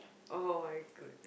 oh-my-good~